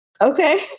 Okay